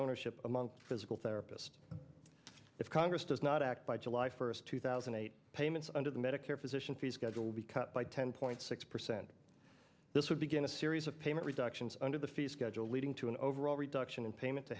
ownership among physical therapist if congress does not act by july first two thousand and eight payments under the medicare physician fee schedule will be cut by ten point six percent this would begin a series of payment reductions under the fee schedule leading to an overall reduction in payment to